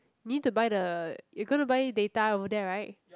need to buy the you're going to buy data over there right